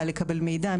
קל לקבל מידע,